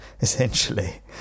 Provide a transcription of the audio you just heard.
essentially